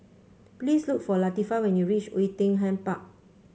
please look for Latifah when you reach Oei Tiong Ham Park